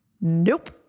nope